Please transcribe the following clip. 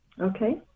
Okay